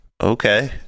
okay